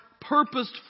purposed